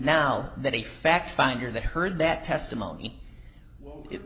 now that a fact finder that heard that testimony i